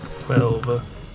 Twelve